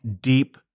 deep